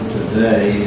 today